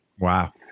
Wow